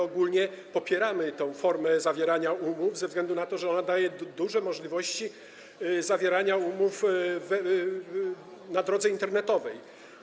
Ogólnie popieramy tę formę zawierania umów ze względu na to, że ona daje duże możliwości zawierania umów drogą internetową.